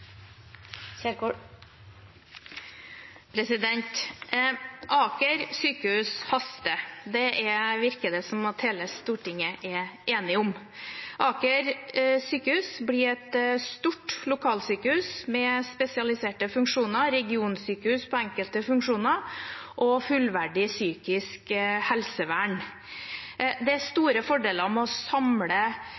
om. Aker sykehus blir et stort lokalsykehus med spesialiserte funksjoner, regionsykehus på enkelte funksjoner og med fullverdig psykisk helsevern. Det er